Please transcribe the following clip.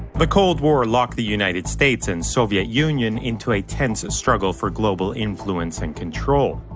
the cold war locked the united states and soviet union into a tense a struggle for global influence and control.